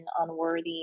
unworthy